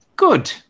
good